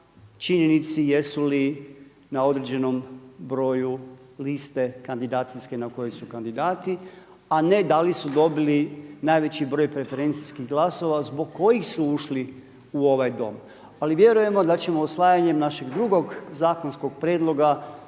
činjenici jesu li na određenom broju liste kandidacijske na kojoj su kandidati, a ne da li su dobili najveći broj preferencijskih glasova zbog kojih su ušli u ovaj Dom. Ali vjerujemo da ćemo usvajanjem našeg drugog zakonskog prijedloga